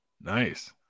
nice